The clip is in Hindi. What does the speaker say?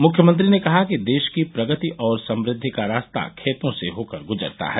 मुख्यमंत्री ने कहा कि देश की प्रगति और समृद्धि का रास्ता खेतों से होकर ग्जरता है